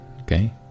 Okay